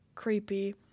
Creepy